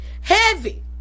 heavy